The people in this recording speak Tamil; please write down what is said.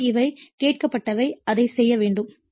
எனவே இவை கேட்கப்பட்டவை அதைச் செய்ய வேண்டும்